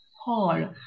Hall